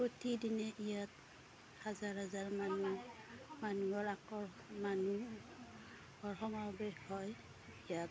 প্ৰতিদিনে ইয়াত হাজাৰ হাজাৰ মানুহ মানুহৰ আকৰ্ষণ মানুহৰ সমৱেশ হয় ইয়াত